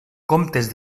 comtes